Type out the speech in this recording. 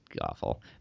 awful